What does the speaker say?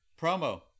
Promo